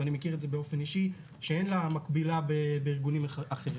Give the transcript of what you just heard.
ואני מכיר את זה באופן אישי שאין לה מקילה בארגונים אחרים.